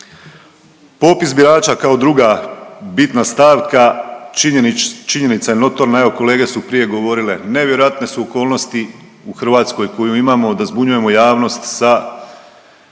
Popis birača kao druga bitna stavka činjenica je notorna, evo kolege su prije govorile nevjerojatne su okolnosti u Hrvatskoj koju imamo da zbunjujemo javnost sa